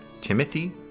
Timothy